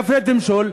בהפרד ומשול,